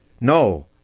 No